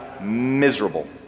miserable